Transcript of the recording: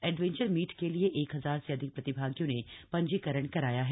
adventure meet के लिए एक हजार से अधिक प्रतिभागियों ने पंजीकरण कराया है